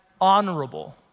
honorable